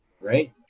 Right